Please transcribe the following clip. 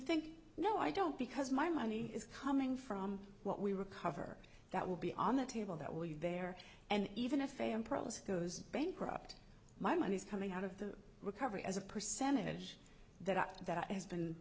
think no i don't because my money is coming from what we recover that will be on the table that will you there and even a fan promise goes bankrupt my money's coming out of the recovery as a percentage that that has been